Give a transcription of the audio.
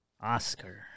Oscar